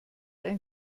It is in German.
ein